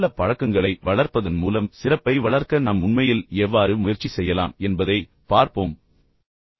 நல்ல பழக்கங்களை வளர்ப்பதன் மூலம் சிறப்பை வளர்க்க நாம் உண்மையில் எவ்வாறு முயற்சி செய்யலாம் என்பதை பார்ப்போம்